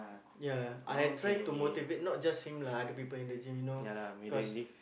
ya I had try to motivate not just him lah other people in the gym you know cause